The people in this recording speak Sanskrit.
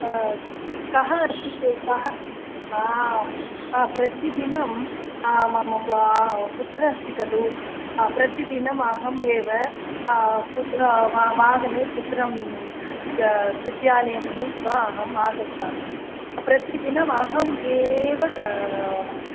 कः अस्ति कः प्रतिदिनं मम पुत्र अस्ति खलु प्रतिदिनम् अहम् एव पुत्र वाहने पुत्रं विद्यालयं नीत्वा अहं आगच्छामि प्रतिदिनम् अहम् एव